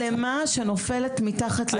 יש אוכלוסייה שלמה שנופלת מתחת לרדאר בדבר הזה.